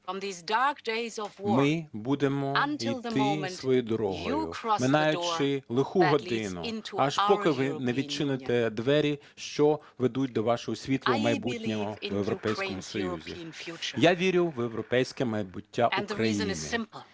ми будемо йти своєю дорогою, минаючи лиху годину, аж поки ви не відчините двері, що ведуть до вашого світлого майбутнього в Європейському Союзі. Я вірю в європейське майбуття України. Причина на те проста.